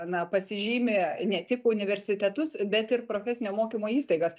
na pasižymi ne tik universitetus bet ir profesinio mokymo įstaigas